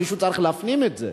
מישהו צריך להפנים את זה,